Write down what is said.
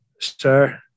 Sir